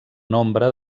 nombre